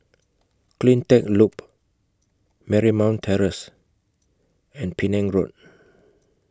CleanTech Loop Marymount Terrace and Penang Road